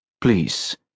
Please